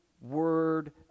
word